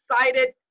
excited